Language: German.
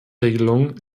regelung